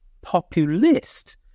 populist